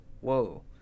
whoa